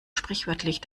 sprichwörtlich